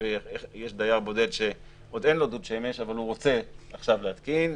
ויש דייר בודד שעוד אין לו דוד שמש אבל הוא רוצה עכשיו להתקין.